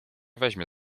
weźmie